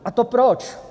A to proč?